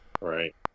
Right